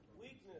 Weakness